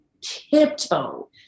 tiptoe